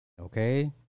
okay